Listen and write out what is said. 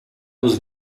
was